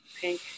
pink